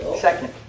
Second